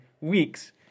weeks